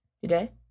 today